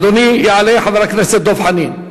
אדוני, יעלה חבר הכנסת דב חנין.